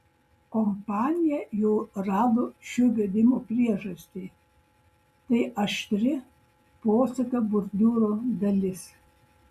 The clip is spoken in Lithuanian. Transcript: kompanija jau rado šių gedimų priežastį tai aštri posūkio bordiūro dalis